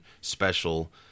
special